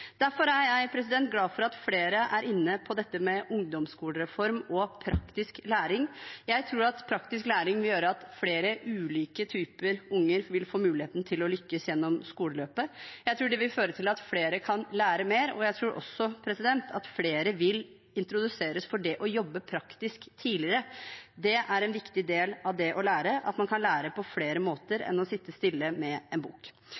Derfor er jeg glad for at flere er inne på dette med ungdomsskolereform og praktisk læring. Jeg tror at praktisk læring vil gjøre at flere ulike typer unger vil få muligheten til å lykkes gjennom skoleløpet. Jeg tror det vil føre til at flere kan lære mer, og jeg tror også at flere vil introduseres til det å jobbe praktisk tidligere. Det er en viktig del av det å lære, at man kan lære på flere måter enn ved å sitte stille med en bok.